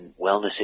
wellness